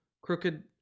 Crooked